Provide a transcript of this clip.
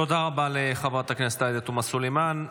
תודה רבה לחברת הכנסת עאידה תומא סלימאן.